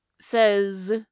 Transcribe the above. Says